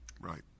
Right